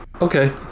Okay